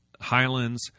Highlands